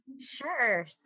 Sure